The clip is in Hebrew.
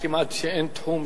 כמעט שאין תחום,